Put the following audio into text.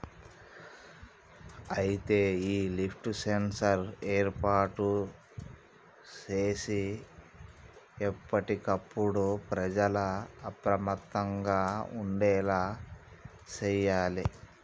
అయితే ఈ lift sensor ఏర్పాటు సేసి ఎప్పటికప్పుడు ప్రజల అప్రమత్తంగా ఉండేలా సేయాలి